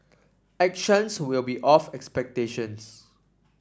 actions will be of expectations